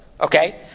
okay